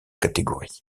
catégories